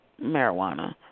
marijuana